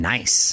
Nice